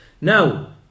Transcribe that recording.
Now